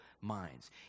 minds